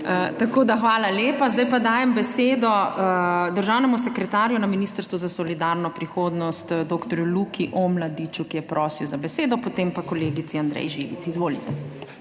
tako da hvala lepa. Zdaj pa dajem besedo državnemu sekretarju na Ministrstvu za solidarno prihodnost dr. Luki Omladiču, ki je prosil za besedo, potem pa kolegici Andreji Živic. Izvolite.